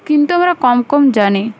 কিন্তু আমরা কম কম জানি